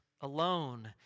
alone